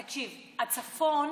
תקשיב: הצפון